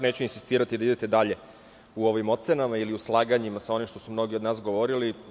Neću insistirati da idete dalje u ovim ocenama, ili u slaganjima sa onim što su mnogi od nas govorili.